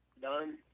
Done